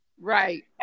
Right